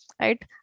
right